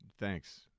Thanks